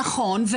נכון.